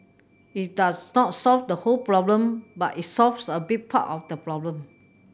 it does not solve the whole problem but it solves a big part of the problem